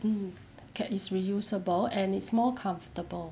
mm is reusable and it's more comfortable